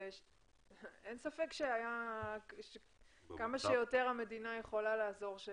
אין ספק שכמה שיותר המדינה יכולה לעזור,